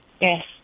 yes